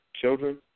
children